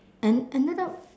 and another